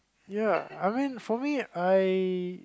ya I mean for me I